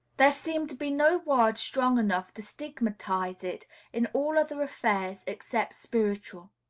there seem to be no words strong enough to stigmatize it in all other affairs except spiritual.